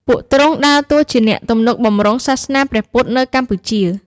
ពួកទ្រង់ដើរតួជាអ្នកទំនុកបម្រុងសាសនាព្រះពុទ្ធនៅកម្ពុជា។